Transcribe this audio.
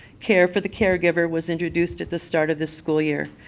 care for the caregiver was introduced at the start of the school year.